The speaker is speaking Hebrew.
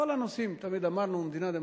בכל הנושאים תמיד אמרנו: מדינה דמוקרטית,